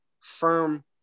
firm